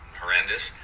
horrendous